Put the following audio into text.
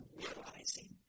realizing